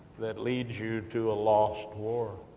that leads you to a lost war.